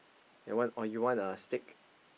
that one or you want a steak